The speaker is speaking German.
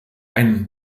ein